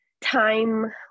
time